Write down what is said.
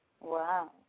Wow